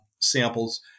samples